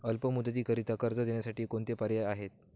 अल्प मुदतीकरीता कर्ज देण्यासाठी कोणते पर्याय आहेत?